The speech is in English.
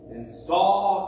install